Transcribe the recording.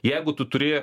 jeigu tu turi